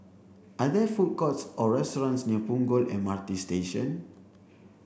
are there food courts or restaurants near Punggol M R T Station